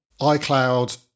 iCloud